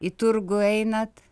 į turgų einat